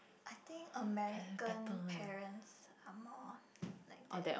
I think American parents are more like that